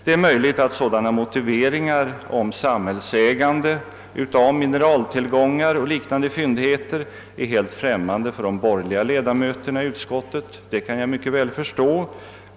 Det är möjligt att sådana motiveringar som att samhället bör äga mineraltillgångar och liknande fyndigheter är helt främmande för de borgerliga ledamöterna i utskottet; det kan jag mycket väl förstå.